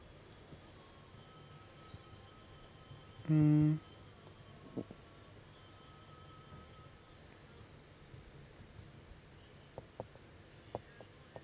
mm